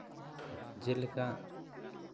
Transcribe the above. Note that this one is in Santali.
ᱡᱮᱞᱮᱠᱟ